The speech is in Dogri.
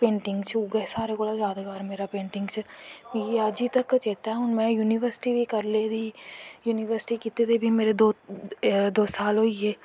पेंटिंग च उ'ऐ सारें कोला दा जादगार मेरा उ'ऐ मिगी अज्ज तक चेत्ता ऐ हून में युनिवर्सटी बी करी लेदी युनिवर्सटी कीते दे बी मेरे दो साल होई गे